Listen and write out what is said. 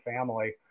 family